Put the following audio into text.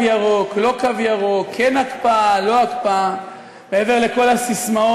הרי אנחנו לא נוכל להיות בגבעות האלה שם,